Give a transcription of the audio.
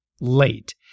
late